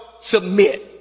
submit